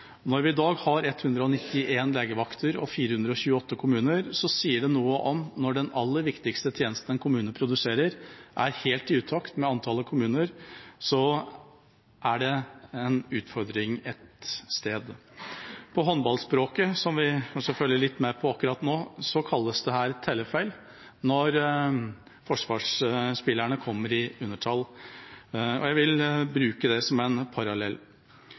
Når vi i dag har 191 legevakter og 428 kommuner, sier det noe om at den aller viktigste tjenesten en kommune produserer, er helt i utakt med antall kommuner, og da er det en utfordring et sted. På håndballspråket, som vi selvfølgelig følger litt med på akkurat nå, kalles det tellefeil når forsvarsspillerne kommer i undertall. Jeg vil bruke det som en parallell.